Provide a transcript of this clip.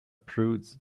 prudes